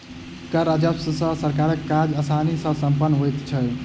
कर राजस्व सॅ सरकारक काज आसानी सॅ सम्पन्न होइत छै